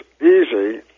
easy